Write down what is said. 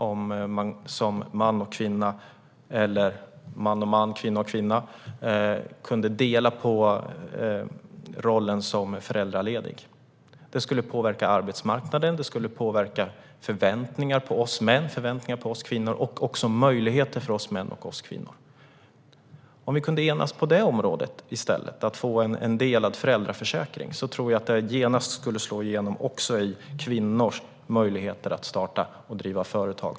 Om föräldrarna som man och kvinna, man och man eller kvinna och kvinna kunde dela på rollen som föräldraledig skulle detta påverka arbetsmarknaden, förväntningarna på män och kvinnor och även möjligheterna för män och kvinnor. Om vi kunde enas på det området, att få en delad föräldraförsäkring, tror jag att detta genast skulle slå igenom också vad gäller kvinnors möjligheter att starta och driva företag.